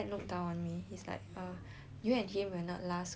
you and him will not last cause like this [one] is puppy love eh